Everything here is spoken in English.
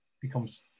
becomes